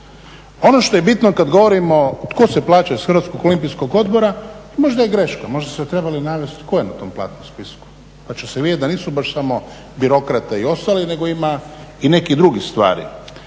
Ono što je bitno kad govorimo tko se plaća iz Hrvatskog olimpijskog odbora možda je greška, možda ste trebali navesti kojom to platnom spisku pa će se vidjeti da nisu baš samo birokrati i ostali nego ima i nekih drugih stvari.